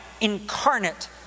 incarnate